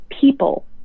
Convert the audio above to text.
people